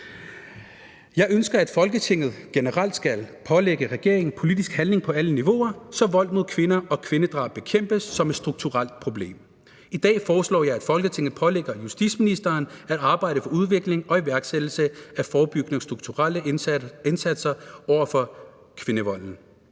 Jeg ønsker, at Folketinget generelt skal pålægge regeringen at handle politisk på alle niveauer, så vold mod kvinder og drab på kvinder bekæmpes som et strukturelt problem. I dag foreslår jeg, at Folketinget pålægger justitsministeren at arbejde for udvikling og iværksættelse af forebyggende strukturelle indsatser over for volden